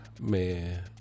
Man